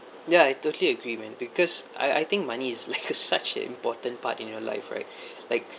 ya I totally agree man because I I think money is like a such an important part in your life right like